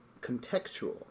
contextual